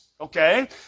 Okay